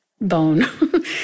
bone